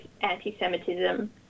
anti-Semitism